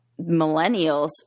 millennials